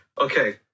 Okay